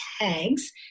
tags